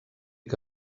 que